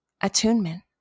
attunement